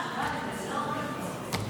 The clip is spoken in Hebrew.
בבקשה.